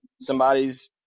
somebody's